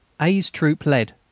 a s troop led.